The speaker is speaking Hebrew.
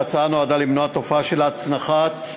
ההצעה נועדה למנוע תופעה של הצנחת מועמדות,